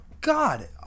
God